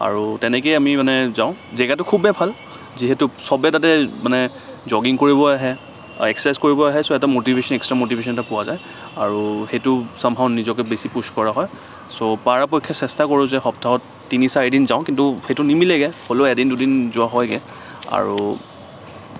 আৰু তেনেকেই আমি মানে যাওঁ জেগাটো খুবেই ভাল যিহেতু চবে তাতে মানে জগিং কৰিব আহে এক্সেছাইজ কৰিব আছে ছ' এটা মটিভেচন এক্সট্ৰা মটিভেচন এটা পোৱা যায় আৰু সেইটো চম হাও নিজকে বেছি পুছ কৰা হয় ছ' পৰাপক্ষত চেষ্টা কৰো যে সপ্তাহত তিনি চাৰিদিন যাওঁ কিন্তু সেইটো নিমিলেগে হ'লেও এদিন দুদিন যোৱা হয়গে আৰু